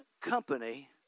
company